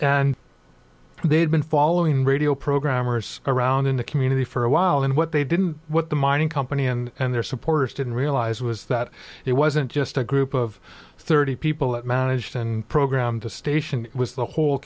and they had been following radio programmers around in the community for a while and what they didn't what the mining company and their supporters didn't realize was that it wasn't just a group of thirty people that managed and programmed the station with the whole